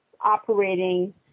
operating